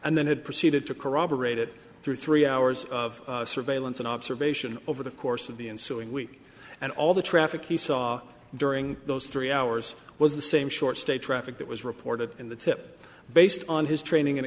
and then had proceeded to corroborate it through three hours of surveillance and observation over the course of the ensuing week and all the traffic he saw during those three hours was the same short stay traffic that was reported in the tip based on his training and